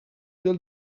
till